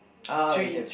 ah we have